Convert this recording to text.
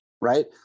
right